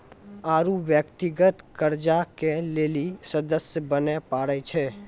आरु व्यक्तिगत कर्जा के लेली सदस्य बने परै छै